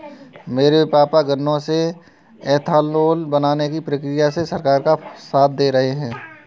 मेरे पापा गन्नों से एथानाओल बनाने की प्रक्रिया में सरकार का साथ दे रहे हैं